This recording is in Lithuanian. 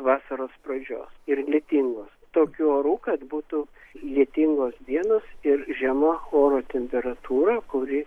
vasaros pradžios ir lietingos tokių orų kad būtų lietingos dienos ir žema oro temperatūra kuri